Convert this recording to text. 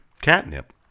Catnip